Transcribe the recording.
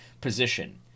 position